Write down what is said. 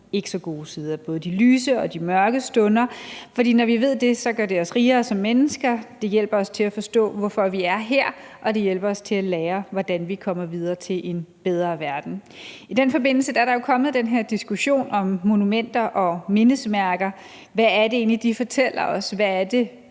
ikke så gode sider, både de lyse og de mørke stunder. For når vi ved det, gør det os rigere som mennesker, det hjælper os til at forstå, hvorfor vi er her, og det hjælper os til at lære, hvordan vi kommer videre til en bedre verden. I den forbindelse er der jo kommet den her diskussion om monumenter og mindesmærker. Hvad er det egentlig, de fortæller os? Hvad er det,